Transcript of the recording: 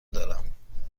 دارم